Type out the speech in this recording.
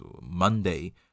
Monday